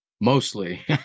mostly